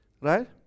right